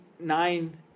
Nine